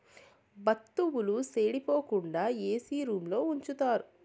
వత్తువుల సెడిపోకుండా ఏసీ రూంలో ఉంచుతారు